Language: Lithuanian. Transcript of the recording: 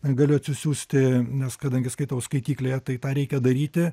galiu atsisiųsti nes kadangi skaitau skaityklėje tai ką reikia daryti